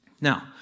Now